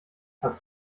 hast